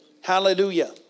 Hallelujah